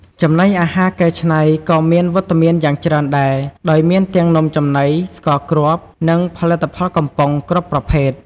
ចំណីអាហារកែច្នៃក៏មានវត្តមានយ៉ាងច្រើនដែរ ដោយមានទាំង នំចំណី ស្ករគ្រាប់ និងផលិតផលកំប៉ុង គ្រប់ប្រភេទ។